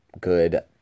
good